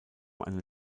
eine